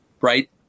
right